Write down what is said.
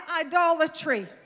idolatry